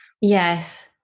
Yes